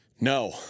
No